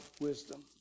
wisdom